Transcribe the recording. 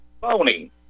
phony